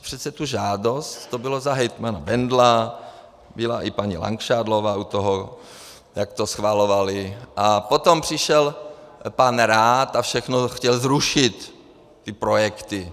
Přece tu žádost, to bylo za hejtmana Bendla, byla u toho i paní Langšádlová, jak to schvalovali, a potom přišel pan Rath a všechno chtěl zrušit, ty projekty.